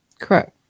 Correct